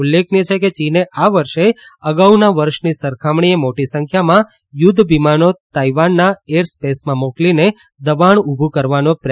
ઉલ્લેખનીય છે કે ચીને આ વર્ષે અગાઉના વર્ષની સરખામણીએ મોટી સંખ્યામાં યુદ્ધ વિમાનો તાઇવાનના એર સ્પેસમાં મોકલીને દબાણ ઊભું કરવાનો પ્રયાસ કર્યો છે